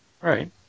Right